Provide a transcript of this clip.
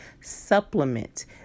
supplement